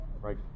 Right